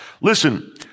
Listen